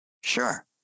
Sure